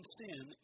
sin